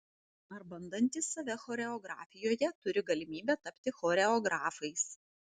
ar bandantys save choreografijoje turi galimybę tapti choreografais